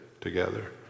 together